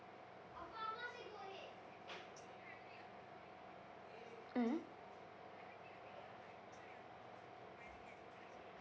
mm